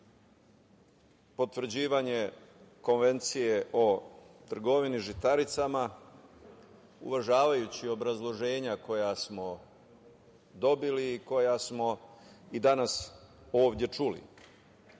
potvrđivanje Konvencije o trgovini žitaricama, uvažavajući obrazloženja koja smo dobili i koja smo i danas ovde